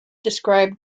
described